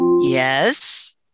Yes